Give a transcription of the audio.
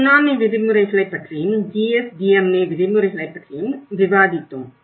tsunami விதிமுறைகளைப் பற்றியும் GSDMA விதிமுறைகளைப் பற்றியும் விவாதித்தோம்